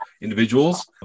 individuals